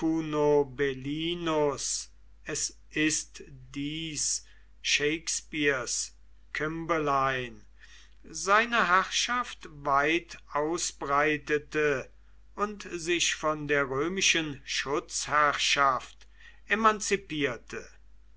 es ist dies shakespeares cymbeline seine herrschaft weit ausbreitete und sich von der römischen schutzherrschaft emanzipierte